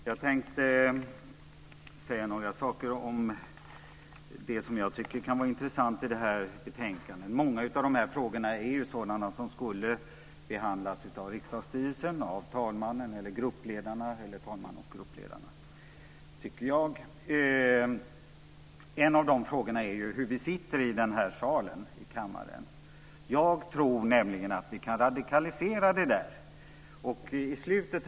Herr talman! Jag tänkte säga några saker om det som jag tycker kan vara intressant i det här betänkandet. Många av de här frågorna gäller ju sådant som skulle behandlas av riksdagsstyrelsen, talmannen och gruppledarna. En av de frågorna är hur vi sitter här i kammaren. Jag tror att vi kan radikalisera detta och förtäta det.